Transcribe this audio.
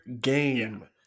game